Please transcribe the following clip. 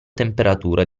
temperatura